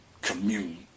commune